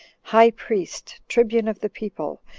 high priest, tribune of the people,